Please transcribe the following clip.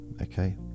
okay